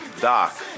Doc